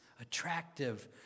attractive